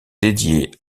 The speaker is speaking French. dédiées